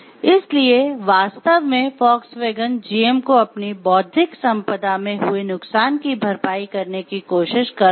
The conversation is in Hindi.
इसलिए वास्तव में वोक्सवैगन जीएम को अपनी बौद्धिक संपदा में हुए नुकसान की भरपाई करने की कोशिश कर रहा था